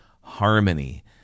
harmony